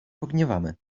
pogniewamy